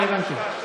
לא הבנתי.